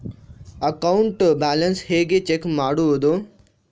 Account balance ಹೇಗೆ check ಮಾಡುವುದು?